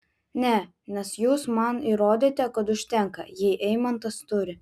ne nes jūs man įrodėte kad užtenka jei eimantas turi